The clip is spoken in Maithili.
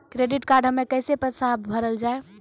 क्रेडिट कार्ड हम्मे कैसे पैसा भरल जाए?